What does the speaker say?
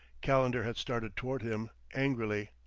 calendar had started toward him angrily.